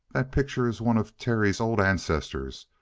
that picture is one of terry's old ancestors,